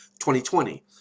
2020